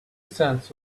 cents